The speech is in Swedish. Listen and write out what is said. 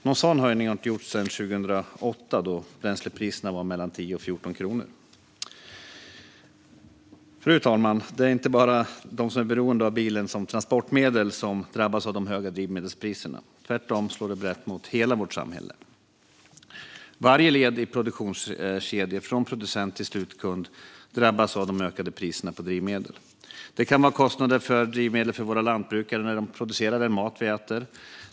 Någon sådan höjning har inte gjorts sedan 2008, då bränslepriserna låg på mellan 10 och 14 kronor. Fru talman! Det är inte bara de som är beroende av bilen som transportmedel som drabbas av de höga drivmedelspriserna. Tvärtom slår dessa brett mot hela vårt samhälle. Varje led i produktionskedjorna, från producent till slutkund, drabbas av de ökade priserna på drivmedel. Det kan vara kostnader för drivmedel för våra lantbrukare när de producerar den mat vi äter.